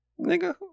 Nigga